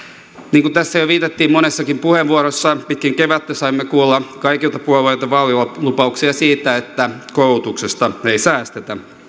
niin kuin tässä jo viitattiin monessakin puheenvuorossa pitkin kevättä saimme kuulla kaikilta puolueilta vaalilupauksia siitä että koulutuksesta ei säästetä